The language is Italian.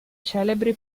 celebri